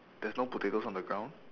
there's no potatoes on the ground